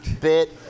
bit